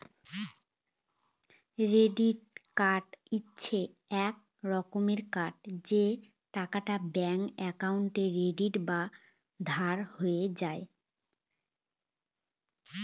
credit card হচ্ছে এক রকমের কার্ড যে টাকাটা ব্যাঙ্ক একাউন্টে ক্রেডিট বা ধার হয়ে যায়